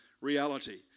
reality